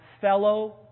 fellow